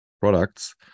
products